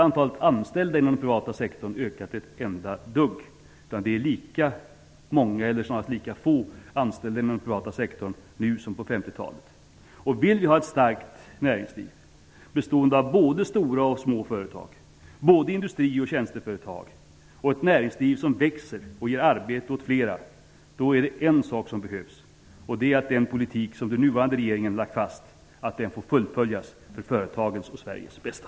Det finns lika få anställda inom den privata sektorn nu som på 50-talet. Om vi vill ha ett starkt näringsliv bestående av både stora och små företag och både industri och tjänsteföretag och som växer och ger arbete åt flera är den en sak som behövs. Det är att den politik som den nuvarande regeringen lagt fast får fullföljas för företagens och Sveriges bästa.